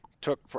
took